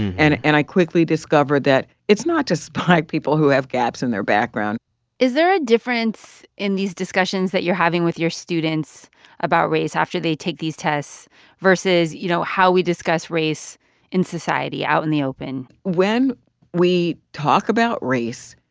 and and i quickly discovered that it's not just black people who have gaps in their background is there a difference in these discussions that you're having with your students about race after they take these tests versus, you know, how we discuss race in society out in the open? when we talk about race,